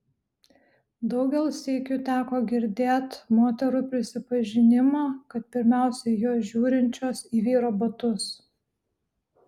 daugel sykių teko girdėt moterų prisipažinimą kad pirmiausia jos žiūrinčios į vyro batus